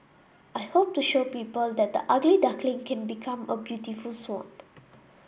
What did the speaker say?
I hope to show people that the ugly duckling can become a beautiful swan